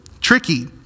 tricky